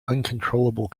uncontrollable